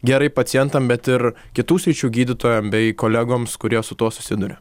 gerai pacientam bet ir kitų sričių gydytojam bei kolegoms kurie su tuo susiduria